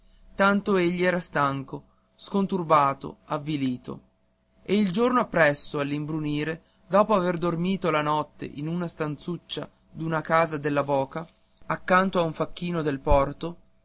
tanto egli era stanco sconturbato avvilito e il giorno appresso all'imbrunire dopo aver dormito la notte in una stanzuccia d'una casa della boca accanto a un facchino del porto